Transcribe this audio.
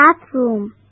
Bathroom